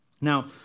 now